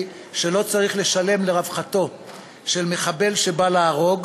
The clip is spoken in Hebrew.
שלא צריך לשלם לרווחתו של מחבל שבא להרוג,